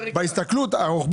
אתם רוצים לעשות רע לאנשים?